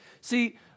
See